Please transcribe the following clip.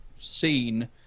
Seen